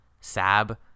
SAB